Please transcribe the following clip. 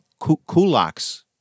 kulaks